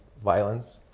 Violence